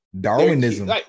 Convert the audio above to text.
darwinism